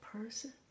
person